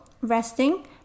resting